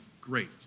great